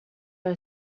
are